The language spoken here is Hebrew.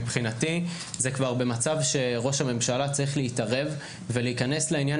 מבחינתי זה כבר במצב שראש הממשלה צריך להתערב ולהיכנס לעניין